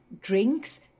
drinks